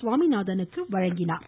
சுவாமிநாதனுக்கு வழங்கினார்